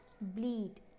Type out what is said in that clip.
Bleed